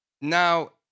Now